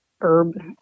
herb